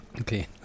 Okay